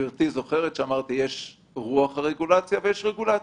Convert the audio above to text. גברתי זוכרת שאמרתי שיש רוח הרגולציה ויש רגולציה.